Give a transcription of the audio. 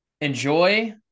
Enjoy